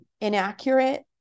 inaccurate